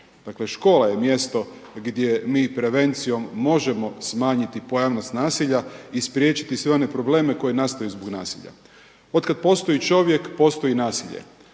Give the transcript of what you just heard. škola je mjesto gdje mi prevencijom možemo smanjiti pojavnost nasilja i spriječiti sve one probleme koji nastaju zbog nasilja. Od kad postoji čovjek postoji i nasilje.